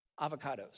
avocados